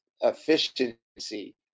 efficiency